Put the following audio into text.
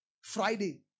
Friday